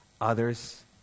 Others